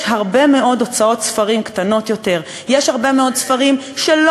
יש הרבה מאוד הוצאות ספרים קטנות יותר,